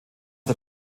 der